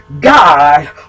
God